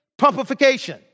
pumpification